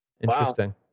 Interesting